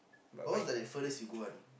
but what was like the furthest you go one